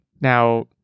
Now